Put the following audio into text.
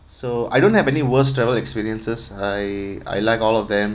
so I don't have any worst travel experiences I I like all of them